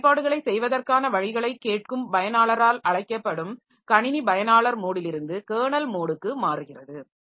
சில செயல்பாடுகளைச் செய்வதற்கான வழிகளைக் கேட்கும் பயனாளரால் அழைக்கப்படும் கணினி பயனாளர் மோடிலிருந்து கெர்னல் மோடுக்கு மாறுகிறது